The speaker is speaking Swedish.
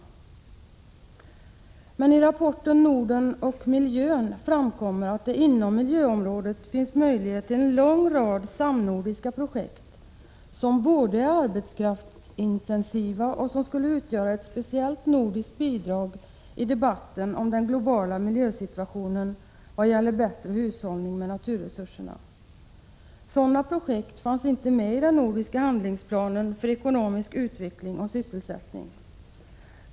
I rapporten ”Norden och miljön” framkommer det dock att det inom miljöområdet finns möjligheter till en lång rad samnordiska projekt som är arbetskraftsintensiva och som också skulle utgöra ett speciellt nordiskt bidrag i debatten om den globala miljösituationen vad gäller bättre hushållning med naturresurserna. Sådana projekt fanns inte med i den nordiska handlingsplanen för ekonomisk utveckling och sysselsättning.